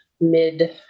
mid